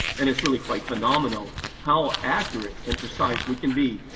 and it's really quite phenomenal how accurate and precise we can be,